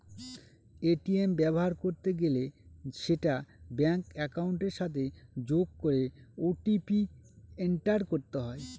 ATM ব্যবহার করতে গেলে সেটা ব্যাঙ্ক একাউন্টের সাথে যোগ করে ও.টি.পি এন্টার করতে হয়